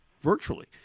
Virtually